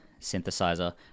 Synthesizer